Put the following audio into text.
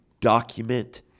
document